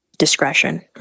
discretion